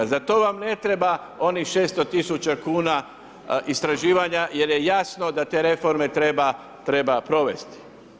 Za to vam ne treba onih 600 000 kuna istraživanja jer je jasno da te reforme treba provesti.